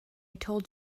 told